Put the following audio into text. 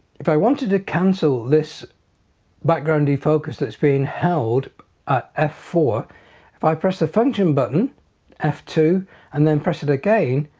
if i wanted to cancel this background defocus that's being held ah f four if i press the function button f n two and then press it again.